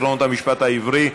עקרונות המשפט העברי),